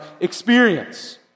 experience